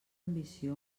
ambició